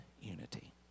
unity